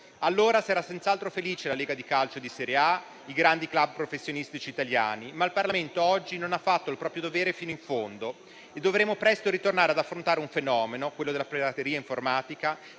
Saranno senz'altro felici la Lega di calcio di serie A e i grandi *club* professionistici italiani, ma il Parlamento oggi non ha fatto il proprio dovere fino in fondo e dovremo presto ritornare ad affrontare il fenomeno della pirateria informatica,